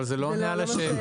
אבל זה לא עונה על השאלה.